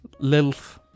Lilf